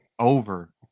over